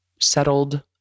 settled